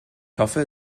hoffe